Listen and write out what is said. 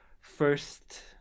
first